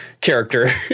character